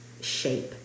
shape